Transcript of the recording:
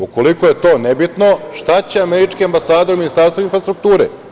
Ukoliko je to nebitno, šta će američki ambasador u Ministarstvu infrastrukture?